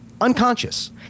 unconscious